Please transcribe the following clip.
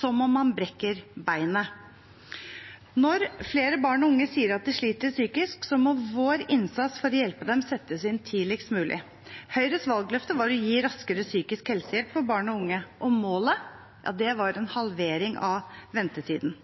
som om man brekker beinet. Når flere barn og unge sier at de sliter psykisk, må vår innsats for å hjelpe dem settes inn tidligst mulig. Høyres valgløfte var å gi raskere psykisk helsehjelp for barn og unge, og målet var en halvering av ventetiden.